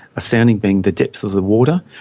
a sounding being the depth of the water.